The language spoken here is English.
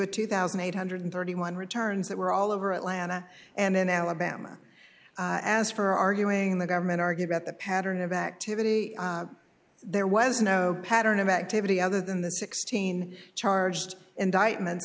with two thousand eight hundred and thirty one returns that were all over atlanta and in alabama as for arguing the government argue about the pattern of activity there was no pattern of activity other than the sixteen charged indictment